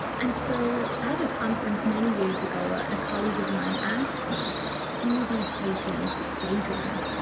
and so at a conference many years ago a colleague of mine asked me do these patients daydream?